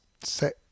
set